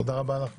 תודה רבה לך.